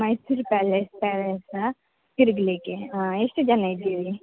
Mysuru palace ಪ್ಯಾಲೇಸಾ ತಿರುಗ್ಲಿಕ್ಕೆ ಹಾಂ ಎಷ್ಟು ಜನ ಇದ್ದೀರಿ